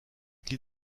qui